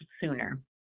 sooner